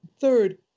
Third